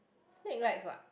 snack likes what